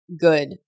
good